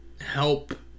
help